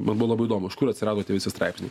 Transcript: man buvo labai įdomu iš kur atsirado tie visi straipsniai